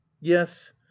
yes